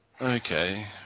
Okay